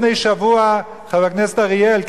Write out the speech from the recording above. חבר הכנסת אריאל,